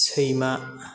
सैमा